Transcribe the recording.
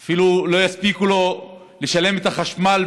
זה אפילו לא מספיק לו לשלם חשמל,